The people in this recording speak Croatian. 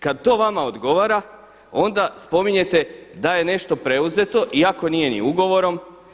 Kada to vama odgovara onda spominjete da je nešto preuzeto iako nije ni ugovorom.